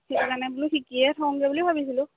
সেইকাৰণে বোলো শিকিয়ে থওঁগৈ বুলি ভাবিছিলোঁ